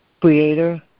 Creator